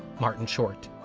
martin short.